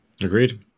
Agreed